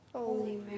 Holy